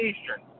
Eastern